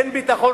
אין ביטחון,